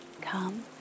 come